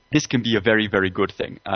this can be a very, very good thing.